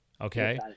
Okay